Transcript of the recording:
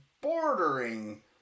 bordering